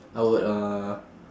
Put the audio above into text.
I would uh